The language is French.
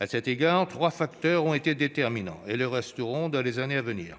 À cet égard, trois facteurs ont été déterminants ; ils le resteront dans les années à venir.